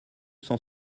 cent